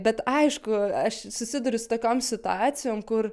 bet aišku aš susiduriu su tokiom situacijom kur